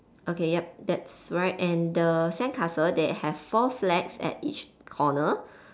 okay yup that's right and the sandcastle they have four flags at each corner